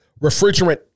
refrigerant